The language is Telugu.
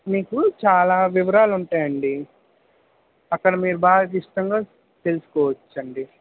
మీకు చాలా వివరాలు ఉంటాయండి అక్కడ మీరు బాగా ఇష్టంగా తెలుసుకోవచ్ఛండి